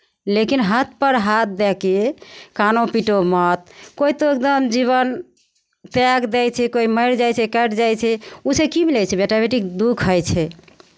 लेकिन हाथपर हाथ दऽ कऽ कानू पीटू मत कोइ तो एकदम जीवन त्याग दै छै कोइ मरि जाइ छै कटि जाइ छै ओ सँ की मिलै छै बेटा बेटीकेँ दुःख होइ छै